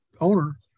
owner